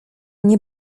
nie